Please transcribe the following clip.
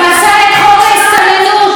פסל את חוק ההסתננות,